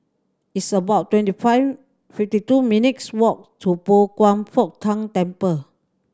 it's about twenty five fifty two minutes' walk to Pao Kwan Foh Tang Temple